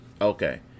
Okay